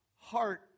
heart